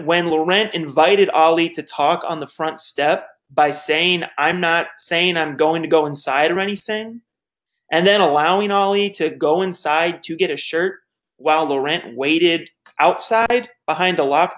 when little rant invited ali to talk on the front step by saying i'm not saying i'm going to go inside or anything and then allowing ali to go inside to get a shirt while the rant waited outside behind a locked